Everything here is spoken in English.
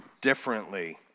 differently